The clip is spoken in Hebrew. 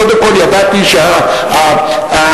קודם כול ידעתי שהמזבלה,